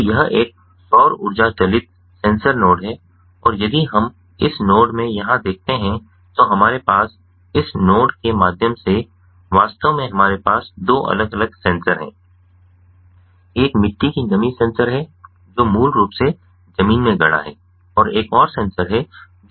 तो यह एक सौर ऊर्जा चालित सेंसर नोड है और यदि हम इस नोड में यहाँ देखते हैं तो हमारे पास इस नोड के माध्यम से वास्तव में हमारे पास दो अलग अलग सेंसर हैं एक मिट्टी की नमी सेंसर है जो मूल रूप से जमीन में गड़ा है और एक और सेंसर है जो पानी का स्तर सेंसर है